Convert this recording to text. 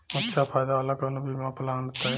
अच्छा फायदा वाला कवनो बीमा पलान बताईं?